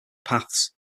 paths